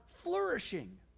flourishing